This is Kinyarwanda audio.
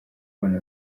bana